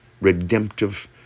redemptive